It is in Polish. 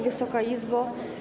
Wysoka Izbo!